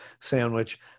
sandwich